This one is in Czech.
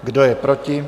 Kdo je proti?